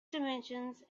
dimensions